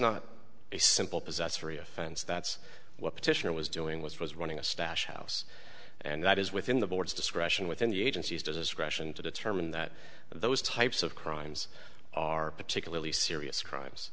not a simple possessory offense that's what petitioner was doing was running a stash house and that is within the borders discretion within the agencies discretion to determine that those types of crimes are particularly serious crimes